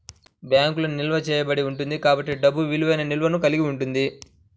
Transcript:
బ్యాంకులో నిల్వ చేయబడి ఉంటుంది కాబట్టి డబ్బు విలువైన నిల్వను కలిగి ఉంది